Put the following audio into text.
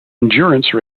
endurance